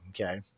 Okay